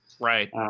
right